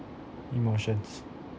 emotions